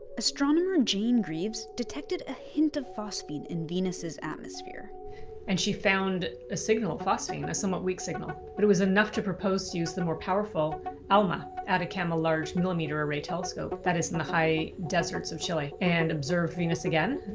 astronomer jane greaves detected a hint of phosphine in venus' atmosphere and she found a signal, phosphine, a somewhat weak signal. but it was enough to propose to use the more powerful alma, atacama large millimeter array telescope that is in the high deserts of chile. and observed venus again,